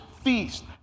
feast